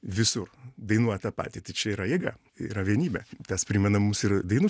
visur dainuot tą patį tai čia yra jėga yra vienybė tas primena mums ir dainų